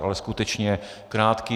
Ale skutečně krátký.